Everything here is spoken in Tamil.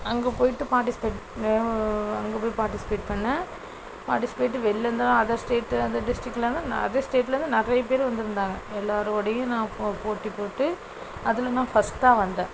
அங்கே போயிட்டு பார்ட்டிசிபேட் அங்கே போய் பார்ட்டிசிபேட் பண்ணேன் பார்ட்டிசிபேட் வெளிலேருந்துலாம் அதர் ஸ்டேட்டு அதர் டிஸ்ட்ரிக்லருந்து அதர் ஸ்டேட்லேருந்து நிறைய பேர் வந்துருந்தாங்க எல்லாரோடையும் நான் போ போட்டி போட்டு அதில் நான் ஃபர்ஸ்ட்டா வந்தேன்